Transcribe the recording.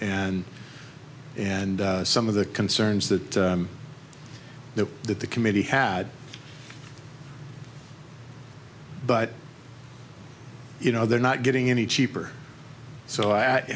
and and some of the concerns that the that the committee had but you know they're not getting any cheaper so i